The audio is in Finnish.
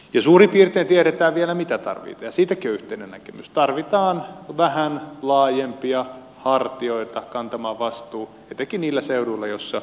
ja suurin piirtein tiedetään vielä mitä tarvittiin siitäkin yhteinen näkemys tarvitaan vähän laajempia hartioita kantamaan vastuu bikinillä seudulla jossa